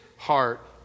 heart